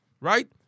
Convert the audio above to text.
Right